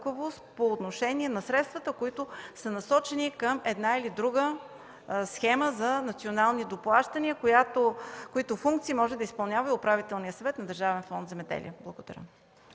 по отношение на средствата, насочени към една или друга схема за национални доплащания – функции, които може да изпълнява и Управителният съвет на държавен фонд „Земеделие”. Благодаря.